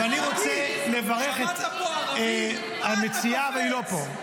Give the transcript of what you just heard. ואני רוצה לברך את המציעה, אבל היא לא פה.